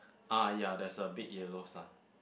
ah ya there's a big yellow sun